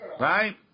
Right